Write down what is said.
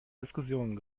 diskussionen